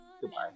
goodbye